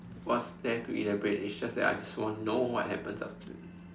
what's there to elaborate it's just that I just want to know what happens after death